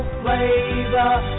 flavor